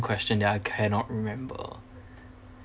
question that I cannot remember